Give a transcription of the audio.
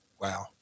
wow